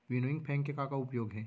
Winnowing fan के का का उपयोग हे?